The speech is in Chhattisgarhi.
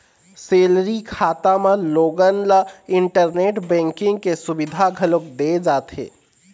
सेलरी खाता म लोगन ल इंटरनेट बेंकिंग के सुबिधा घलोक दे जाथे